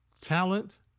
talent